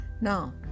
Now